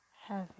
heavy